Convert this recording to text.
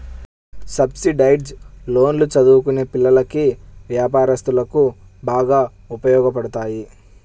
subsidised లోన్లు చదువుకునే పిల్లలకి, వ్యాపారస్తులకు బాగా ఉపయోగపడతాయి